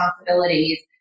responsibilities